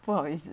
不好意思